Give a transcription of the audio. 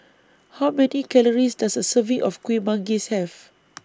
How Many Calories Does A Serving of Kuih Manggis Have